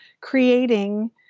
creating